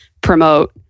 promote